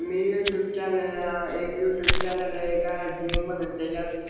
मी YouTube channel एक YouTube channel आहे gardening म्हणून त्याच्यात